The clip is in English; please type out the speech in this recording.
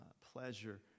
pleasure